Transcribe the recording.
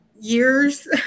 years